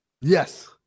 Yes